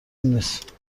نیست